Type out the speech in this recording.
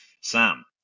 Sam